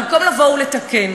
במקום לתקן,